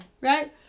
Right